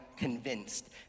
convinced